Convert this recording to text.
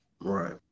Right